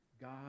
God